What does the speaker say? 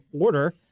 Order